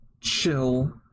chill